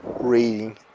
reading